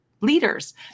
leaders